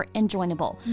enjoyable